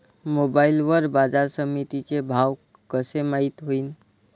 Mobile वर बाजारसमिती चे भाव कशे माईत होईन?